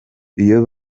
iyo